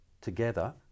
together